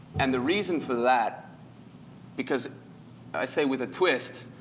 and the reason for that because i say, with a twist,